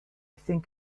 think